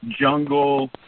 Jungle